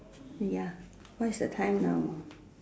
ya what's the time now